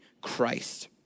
Christ